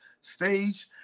stage